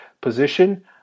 position